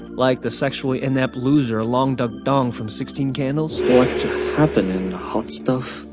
like the sexually inept loser a long duk dong from sixteen candles. what's happening, hot stuff.